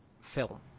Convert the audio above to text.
film